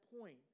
point